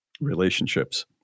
relationships